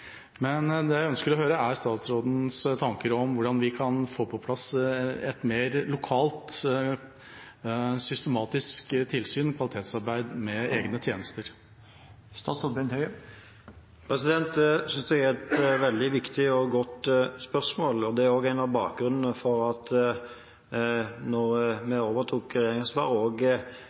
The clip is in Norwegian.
Men jeg ønsker å høre statsrådens tanker om hvordan vi kan få på plass et mer systematisk tilsyn og kvalitetsarbeid lokalt, med egne tjenester. Det synes jeg er et veldig viktig og godt spørsmål, og det er også en av grunnene til at